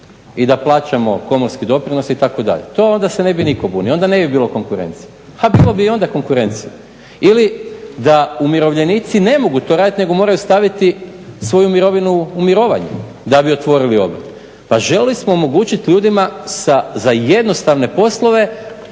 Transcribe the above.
I da plaćamo komorski doprinos itd.. To onda se ne bi nitko bunio, onda ne bi bilo konkurencije. Ha, bilo bi i onda konkurencije. Ili da umirovljenici ne mogu to raditi nego moraju staviti svoju mirovinu u mirovanje da bi otvorili obrt. Pa željeli smo omogućiti ljudima sa, za jednostavne poslove